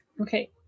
Okay